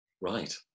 Right